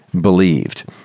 believed